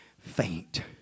faint